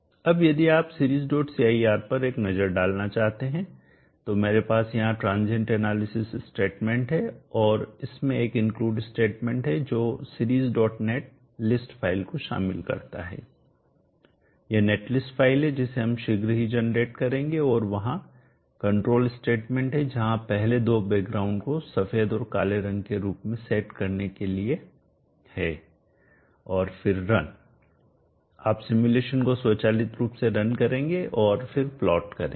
अब यदि आप Seriescir पर एक नज़र डालना चाहते हैं तो मेरे पास यहाँ ट्रांजियंट एनालिसिस स्टेटमेंट है और इसमें एक इंक्लूड स्टेटमेंट है जो seriesnet लिस्ट फ़ाइल को शामिल करता है यह नेट लिस्ट फ़ाइल है जिसे हम शीघ्र ही जनरेट करेंगे और वहां कंट्रोल स्टेटमेंट हैं जहां पहले दो बैकग्राउंड को सफेद और काले रंग के रूप में सेट करने के लिए हैं और फिर रन आप सिमुलेशन को स्वचालित रूप से रन करेंगे और फिर प्लॉट करेंगे